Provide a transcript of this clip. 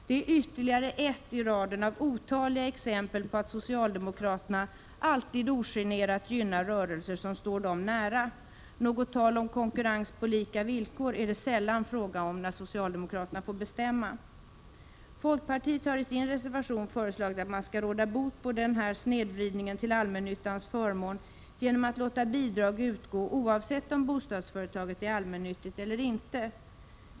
Det är ytterligare ett i raden av otaliga exempel på att socialdemokraterna alltid ogenerat gynnar rörelser som står dem nära. Något tal om konkurrens på lika villkor är det sällan fråga om när socialdemokraterna får bestämma. Folkpartiet har i sin reservation föreslagit att man skall råda bot på denna snedvridning till allmännyttans förmån genom att låta bidrag utgå oavsett om bostadsföretaget är allmännyttigt eller inte.